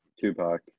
Tupac